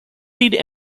did